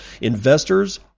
investors